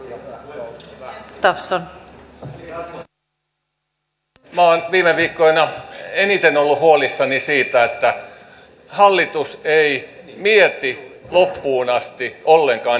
minä olen viime viikkoina ollut eniten huolissani siitä että hallitus ei mieti ollenkaan loppuun asti esityksiään